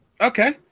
Okay